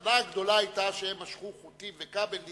הסכנה הגדולה היתה שהם משכו חוטים וכבלים